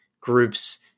groups